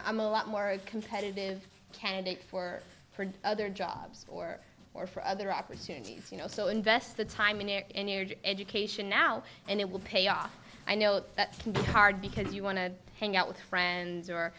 'm a lot more competitive candidate for other jobs or or for other opportunities you know so invest the time in education now and it will pay off i know that can be hard because you want to hang out with friends or